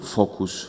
focus